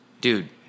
dude